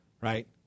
Right